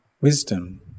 wisdom